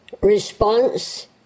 response